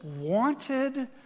wanted